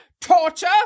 torture